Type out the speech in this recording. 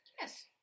Yes